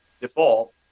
default